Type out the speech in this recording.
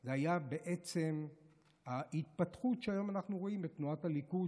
זו הייתה בעצם ההתפתחות שהיום אנחנו רואים בתנועת הליכוד,